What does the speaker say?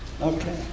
Okay